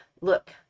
look